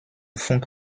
funk